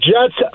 Jets